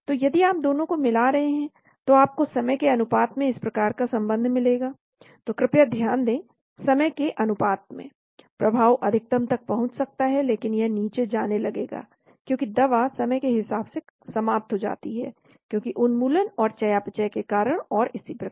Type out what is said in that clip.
तो यदि आप दोनों को मिला देते हैं तो आपको समय के अनुपात में इस प्रकार का संबंध मिलेगा तो कृपया ध्यान दें समय के अनुपात में प्रभाव अधिकतम तक पहुंच सकता है लेकिन यह नीचे जाने लगेगा क्योंकि दवा समय के हिसाब से समाप्त हो जाती है क्योंकि उन्मूलन और चयापचय के कारण और इसी प्रकार